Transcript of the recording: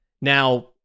Now